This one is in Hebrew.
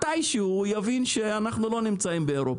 מתישהו הוא יבין שאנחנו לא נמצאים באירופה,